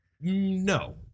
no